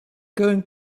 going